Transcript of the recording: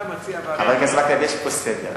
חבר הכנסת, יש פה סדר.